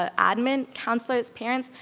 ah admin, counselors, parents,